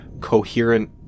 coherent